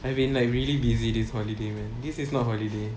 I have been like really busy this holiday man this is not holiday